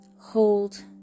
Hold